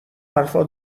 حرفا